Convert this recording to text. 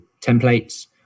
templates